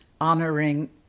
honoring